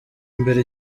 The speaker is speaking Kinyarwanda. imbere